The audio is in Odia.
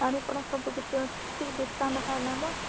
ଗାଡ଼ିଭଡ଼ା ସବୁକିଛି ଅଛି ଟିକେ